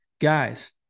Guys